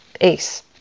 ACE